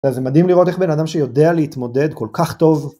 זה מדהים לראות איך בן אדם שיודע להתמודד כל כך טוב.